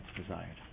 desired